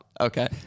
Okay